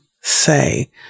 say